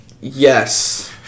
yes